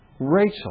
Rachel